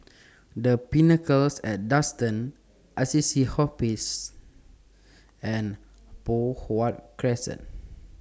The Pinnacle At Duxton Assisi Hospice and Poh Huat Crescent